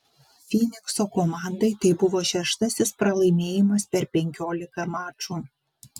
fynikso komandai tai buvo šeštasis pralaimėjimas per penkiolika mačų